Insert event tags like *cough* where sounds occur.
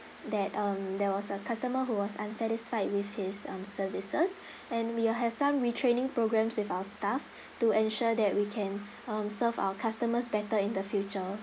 that um there was a customer who was unsatisfied with his um services *breath* and we will have some retraining programmes with our staff *breath* to ensure that we can *breath* um serve our customers better in the future